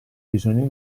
bisogno